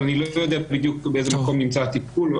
אבל אני לא יודע באיזה מקום נמצא הטיפול.